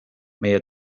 meie